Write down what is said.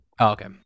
Okay